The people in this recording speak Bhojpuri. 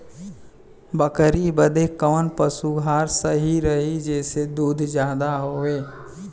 बकरी बदे कवन पशु आहार सही रही जेसे दूध ज्यादा होवे?